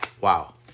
wow